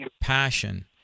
passion